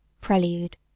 Prelude